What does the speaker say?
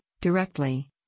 directly